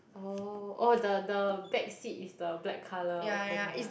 orh oh the the back seat is the black colour opening [one]